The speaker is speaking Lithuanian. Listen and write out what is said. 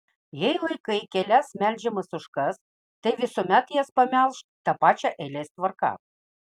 jei laikai kelias melžiamas ožkas tai visuomet jas pamelžk ta pačia eilės tvarka